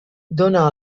dóna